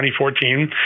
2014